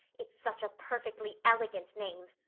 it's such a perfectly elegant name.